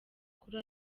kuri